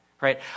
right